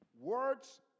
Words